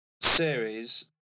series